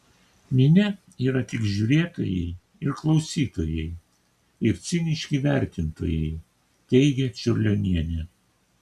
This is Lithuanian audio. minia yra tik žiūrėtojai ir klausytojai ir ciniški vertintojai teigia čiurlionienė